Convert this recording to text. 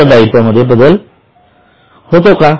उत्तरदायित्व मध्ये बदल होतो का